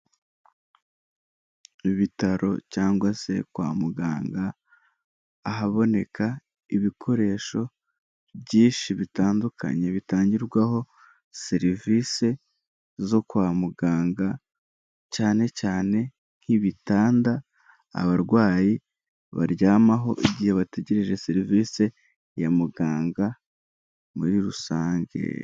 Ibitaro cyangwa se kwa muganga, ahaboneka ibikoresho byinshi bitandukanye bitangirwaho serivisi zo kwa muganga, cyane cyane nk'ibitanda abarwayi baryamaho igihe bategereje serivisi ya muganga muri rusange.